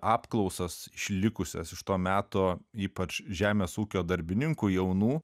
apklausas išlikusias iš to meto ypač žemės ūkio darbininkų jaunų